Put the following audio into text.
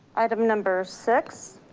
item number six,